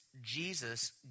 Jesus